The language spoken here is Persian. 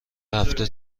هفته